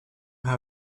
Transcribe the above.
how